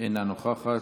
אינה נוכחת,